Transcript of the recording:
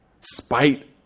spite